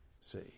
see